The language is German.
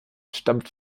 stammt